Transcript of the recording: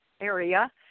area